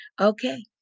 Okay